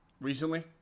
Recently